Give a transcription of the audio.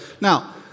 Now